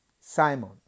Simon